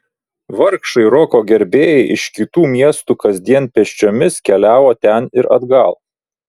vargšai roko gerbėjai iš kitų miestų kasdien pėsčiomis keliavo ten ir atgal